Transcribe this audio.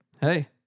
Hey